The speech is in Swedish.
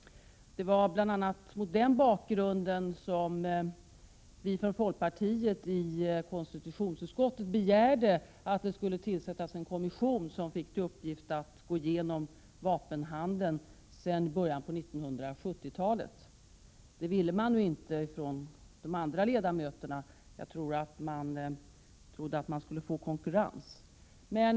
Det var bl.a. mot denna bakgrund som vi folkpartister i konstitutionsutskottet begärde att det skulle tillsättas en kommission som fick i uppdrag att gå igenom vapenhandeln sedan början av 1970-talet: De andra ledamöterna ville inte det. Jag förmodar att de trodde att de skulle få konkurrens.